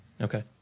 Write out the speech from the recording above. Okay